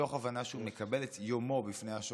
מתוך הבנה שהוא מקבל את יומו בפני השופט,